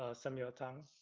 ah samuel tang.